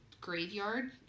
graveyard